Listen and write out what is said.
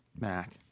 Mac